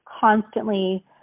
constantly